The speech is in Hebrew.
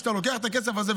כשאתה לוקח את הכסף הזה,